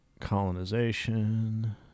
colonization